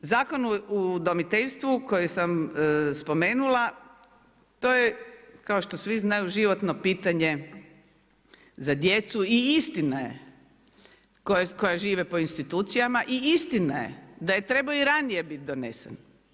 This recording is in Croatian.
Zakon o udomiteljstvu koji sam spomenula, to je kao što svi znamo, životno pitanje za djecu i istina je koja žive po institucijama i istina je da je trebao biti i ranije donesen.